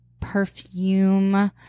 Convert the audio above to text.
perfume